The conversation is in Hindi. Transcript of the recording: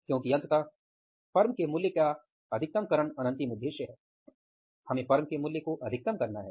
क्योंकि अंतत फर्म के मूल्य का अधिकतमकरण अनंतिम उद्देश्य है